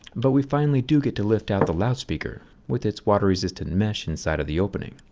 but we finally do get to lift out the loudspeaker with it's water resistant mesh inside of the opening,